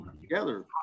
together